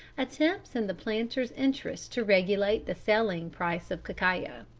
attempts in the planter's interest to regulate the selling price of cacao.